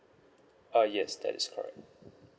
uh yes that is correct